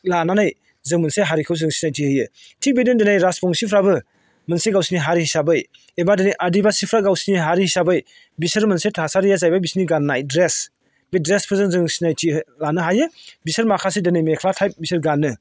लानानै जों मोनसे हारिखौ जों सिनायथि होयो थिग बिदिनो दिनै रासबंसिफ्राबो मोनसे गावसोरनि हारि हिसाबै एबा दिनै आदिबासिफ्रा गावसोरनि हारि हिसाबै बिसोर मोनसे थासारिया जाहैबाय बिसोरनि गाननाय ड्रेस बे ड्रेसफोरजों जों सिनायथि लानो हायो बिसोर माखासे दिनै मेख्ला टाइप बिसोर गानो